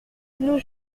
nous